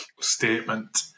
statement